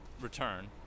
return